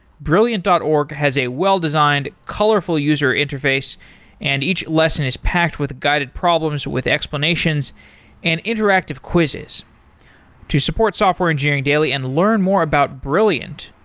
brilliant dot org has a well-designed, colorful user interface and each lesson is packed with guided problems, with explanations and interactive quizzes to support software engineering daily and learn more about brilliant,